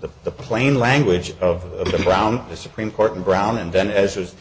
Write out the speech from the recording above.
the the plain language of the brown the supreme court brown and then as was